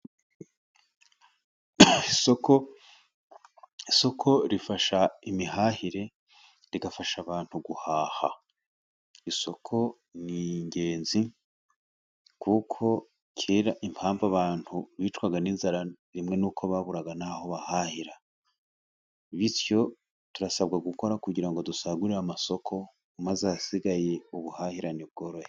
Isoko, isoko rifasha imihahire rigafasha abantu guhaha. Isoko ni ingenzi kuko kera impamvu abantu bicwaga n'inzara, rimwe nuko baburaga n'aho bahahira. Bityo turasabwa gukora kugira ngo dusagurire amasoko, maze ahasigaye ubuhahirane bworohe.